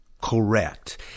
Correct